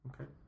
Okay